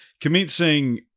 commencing